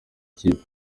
kipe